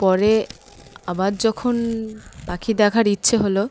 পরে আবার যখন পাখি দেখার ইচ্ছে হল